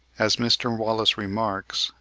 as mr. wallace remarks,